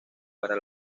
para